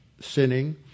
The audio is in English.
sinning